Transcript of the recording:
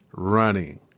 running